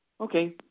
Okay